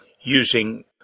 using